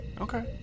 Okay